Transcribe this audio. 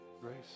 grace